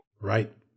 Right